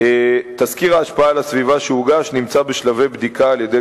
תסקיר ההשפעה על הסביבה שהוגש נמצא בשלבי בדיקה על-ידי